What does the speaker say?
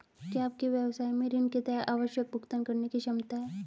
क्या आपके व्यवसाय में ऋण के तहत आवश्यक भुगतान करने की क्षमता है?